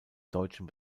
deutschen